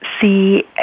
see